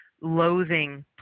loathing